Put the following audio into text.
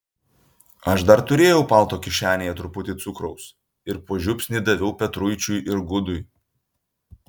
aš dar turėjau palto kišenėje truputį cukraus ir po žiupsnį daviau petruičiui ir gudui